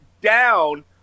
down